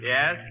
Yes